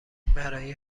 برای